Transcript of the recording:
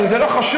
אבל זה לא חשוב.